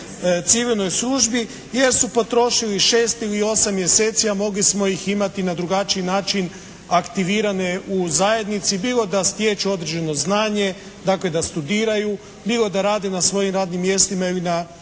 civilnoj službi jer su potrošili 6 ili 8 mjeseci, a mogli smo ih imati na drugačiji način aktivirane u zajednici, bilo da stječu određeno znanje, dakle da studiraju, bilo da rade na svojim radnim mjestima ili na